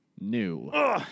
New